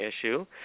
issue